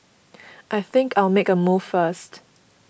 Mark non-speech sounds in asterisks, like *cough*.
*noise* I think I'll make a move first